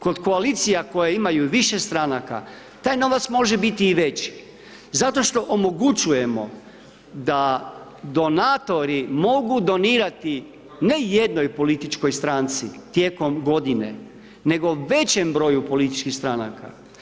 Kod koalicija koje imaju više stranaka, taj novac može biti i veći, zato što omogućujemo da donatori mogu donirati ne jednoj političkoj stranci tijekom godine, nego većem broju političkih stranaka.